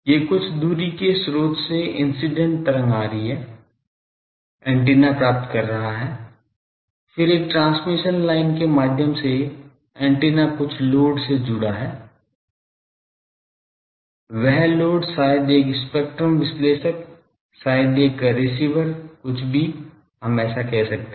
ये कुछ दूरी के स्रोत से इंसीडेंट तरंग आ रही है एंटीना प्राप्त कर रहा है फिर एक ट्रांसमिशन लाइन के माध्यम से ऐन्टेना कुछ लोड से जुड़ा हुआ है वह लोड शायद एक स्पेक्ट्रम विश्लेषक शायद एक रिसीवर कुछ भी हो हम ऐसा कहते हैं